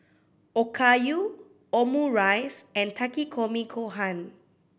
Okayu Omurice and Takikomi Gohan